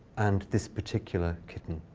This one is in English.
and this particular kitten.